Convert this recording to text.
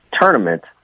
tournament